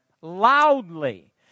loudly